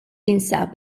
jinsab